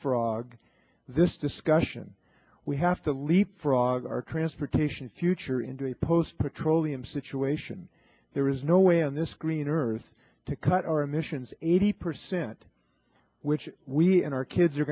frog this discussion we have to leapfrog our transportation future into a post petroleum situation there is no way on this green earth to cut our emissions eighty percent which we and our kids are